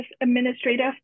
administrative